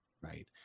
right